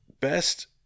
best